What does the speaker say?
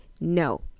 no